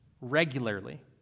regularly